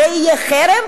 זה יהיה חרם?